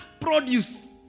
produce